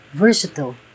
versatile